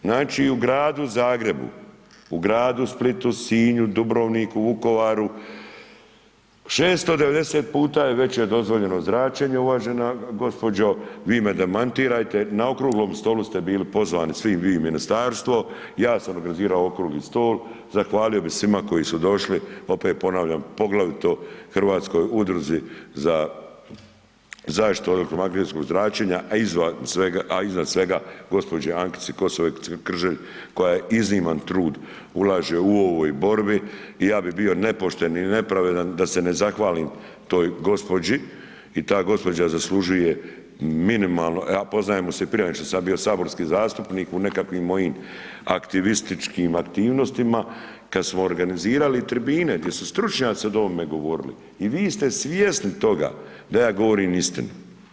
Znači u Gradu Zagrebu, u gradu Splitu, Sinju, Dubrovniku, Vukovaru, 690 puta je veće dozvoljeno zračenje uvažena gospođo, vi me demantirajte, na okruglom stolu ste bili pozvani svi vi ministarstvo, ja sam organizirao okrugli stol, zahvalio bih svima koji su došli, opet ponavljam, poglavito Hrvatskoj udruzi za zaštitu od elektromagnetskog zračenja, a izvan svega gđi. Ankici... koja izniman trud ulaže u ovoj borbi i ja bih bio nepošten i nepravedan da se ne zahvalim toj gospođi i ta gospođa zaslužuje minimalno, a poznajemo se i prije nego što sam ja bio saborski zastupnik u nekakvim mojim aktivističkim aktivnostima kad smo organizirali tribine gdje su stručnjaci o ovome govorili i vi ste svjesni toga da ja govorim istinu.